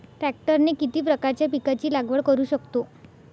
ट्रॅक्टरने किती प्रकारच्या पिकाची लागवड करु शकतो?